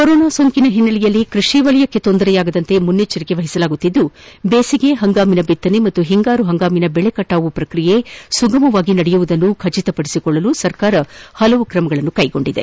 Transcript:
corona ಸೋಂಕಿನ ಹಿನ್ನೆಲೆಯಲ್ಲಿ ಕೃಷಿ ವಲಯಕ್ಕೆ ತೊಂದರೆಯಾಗದಂತೆ ಮುನ್ನೆಚ್ಚರಿಕೆ ವಹಿಸಲಾಗುತ್ತಿದ್ದು ಬೇಸಿಗೆ ಪಂಗಾಮಿನ ಬಿತ್ತನೆ ಮತ್ತು ಹಿಂಗಾರು ಪಂಗಾಮಿನ ಬೆಳ ಕಟಾವು ಪ್ರಕ್ರಿಯೆ ಸುಗಮವಾಗಿ ನಡೆಯುವುದನ್ನು ಖಚಿತಪಡಿಸಿಕೊಳ್ಳಲು ಸರ್ಕಾರ ಹಲವು ಕ್ರಮಗಳನ್ನು ಕೈಗೊಂಡಿದೆ